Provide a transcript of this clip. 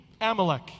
Amalek